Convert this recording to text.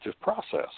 process